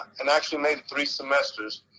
and actually made three semesters,